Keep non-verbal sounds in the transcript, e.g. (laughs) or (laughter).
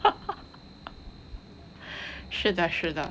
(laughs) (breath) 是的是的